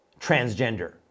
transgender